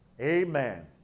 amen